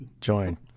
Join